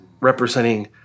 representing